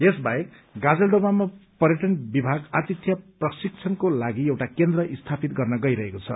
यी बाहेक गाजलडोबामा पर्यटन विभाग आतिथ्य प्रशिक्षणको लागि एउटा केन्द्र स्थापित गर्न गइरहेको छ